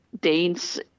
Danes